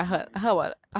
completely